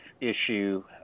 issue